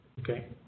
Okay